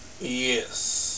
Yes